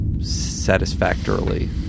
satisfactorily